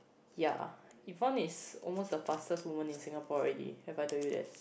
ya Yvonne is almost the fastest woman in Singapore already have I told you that